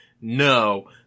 No